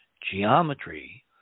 geometry